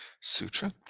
Sutra